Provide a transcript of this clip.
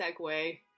segue